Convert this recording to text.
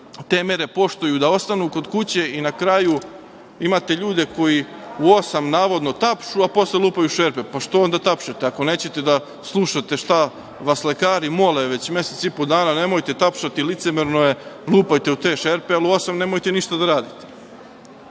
te mere poštuju, da ostanu kod kuće i na kraju, imate ljude koji u osam sati navodno tapšu, a posle lupaju u šerpe. Pa što onda tapšete, ako nećete da slušate šta vas lekari mole već mesec i po dana, nemojte tapšati, licemerno je. Lupajte u te šerpe, ali u osam nemojte ništa da radite.I